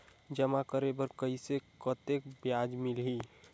जमा करे बर कइसे कतेक ब्याज मिलही?